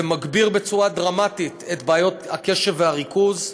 זה מגביר דרמטית את בעיות הקשב והריכוז,